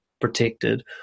protected